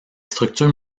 structures